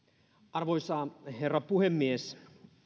arvoisa herra puhemies